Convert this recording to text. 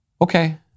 Okay